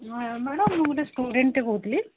ହଁ ମ୍ୟାଡମ୍ ମୁଁ ଗୋଟେ ଷ୍ଟୁଡେଣ୍ଟ୍ କହୁଥିଲି